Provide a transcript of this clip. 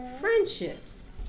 friendships